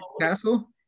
castle